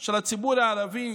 של הציבור הערבי,